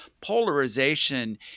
polarization